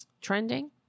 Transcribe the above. trending